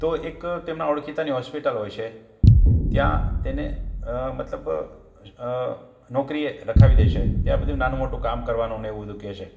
તો એક તેમના ઓળખીતાની હોસ્પિટલ હોય છે ત્યાં તેને મતલબ નોકરીએ રખાવી દે છે ત્યાં બધું નાનું મોટું કામ કરવાનું ને એવું બધું કહે છે